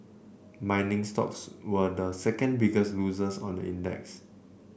mining stocks were the second biggest losers on the index